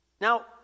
Now